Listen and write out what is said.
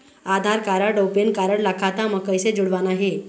आधार card अऊ PAN card ला खाता म कइसे जोड़वाना हे?